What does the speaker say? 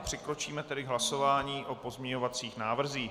Přikročíme tedy k hlasování o pozměňovacích návrzích.